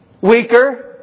weaker